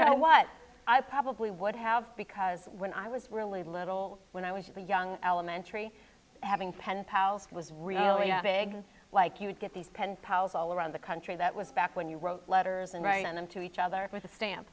know what i probably would have because when i was really little when i was a young elementary having pen pals it was really a big like you would get these pen pals all around the country that was back when you wrote letters and right on into each other with a stamp